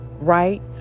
right